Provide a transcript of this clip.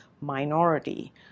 minority